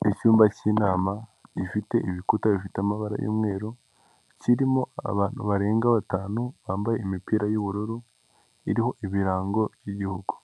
Ni icyumba k'inama gifite ibikuta bifite amabara y'umweru kirimo abantu barenga batanu bambaye imipira y'ubururu iriho ibirango by'Igihugu,